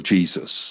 Jesus